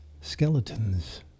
skeletons